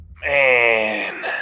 Man